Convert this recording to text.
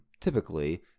typically